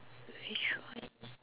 which one